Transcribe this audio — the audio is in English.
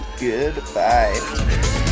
Goodbye